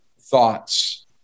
thoughts